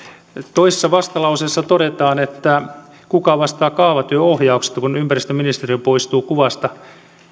toisessa vastalauseessa todetaan että kuka vastaa kaavatyöohjauksesta kun ympäristöministeriö poistuu kuvasta